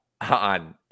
on